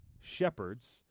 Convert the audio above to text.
shepherds